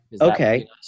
okay